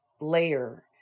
layer